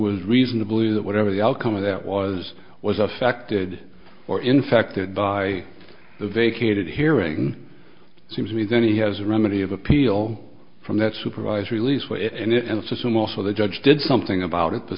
was reason to believe that whatever the outcome of that was was affected or infected by the vacated hearing it seems to me then he has a remedy of appeal from that supervised release and in the system also the judge did something about it th